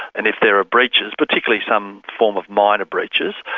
and if there are breaches, particularly some form of minor breaches,